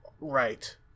Right